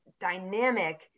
dynamic